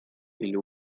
или